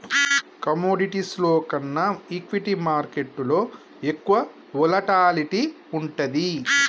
కమోడిటీస్లో కన్నా ఈక్విటీ మార్కెట్టులో ఎక్కువ వోలటాలిటీ వుంటది